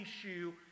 issue